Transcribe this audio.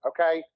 Okay